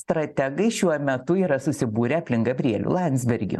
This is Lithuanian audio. strategai šiuo metu yra susibūrę aplink gabrielių landsbergį